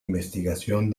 investigación